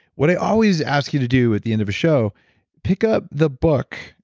what i always ask you to do at the end of the show pick up the book.